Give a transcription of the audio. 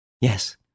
Yes